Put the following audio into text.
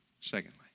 Secondly